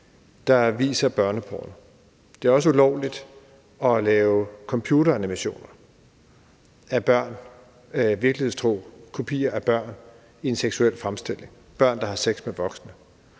der viser børneporno, og at det også er ulovligt at lave computeranimationer, virkelighedstro kopier af børn i en seksuel fremstilling, børn, der har sex med voksne,